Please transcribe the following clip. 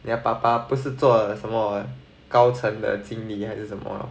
你的爸爸不是做什么高层的经理还是什么